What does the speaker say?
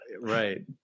right